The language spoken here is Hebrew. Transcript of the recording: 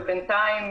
ובינתיים,